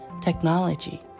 technology